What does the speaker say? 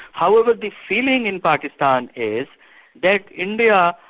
however the feeling in pakistan is that india,